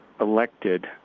elected